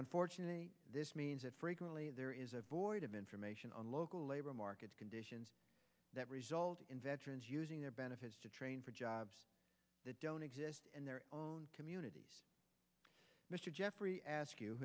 unfortunately this means that frequently there is a void of information on local labor market conditions that result in veterans using their benefits to train for jobs that don't exist in their own communities mr jeffrey ask you